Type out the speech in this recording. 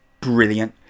brilliant